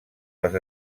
les